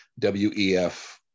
WEF